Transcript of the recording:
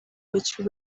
which